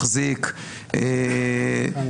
מחזיק --- מה?